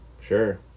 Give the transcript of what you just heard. Sure